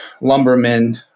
lumbermen